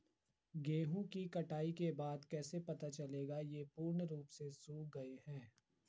गेहूँ की कटाई के बाद कैसे पता चलेगा ये पूर्ण रूप से सूख गए हैं?